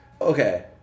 okay